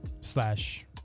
slash